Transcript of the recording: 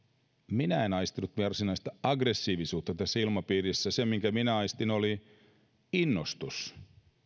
minä en aistinut varsinaista aggressiivisuutta tässä ilmapiirissä se minkä minä aistin oli innostus